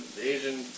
Asian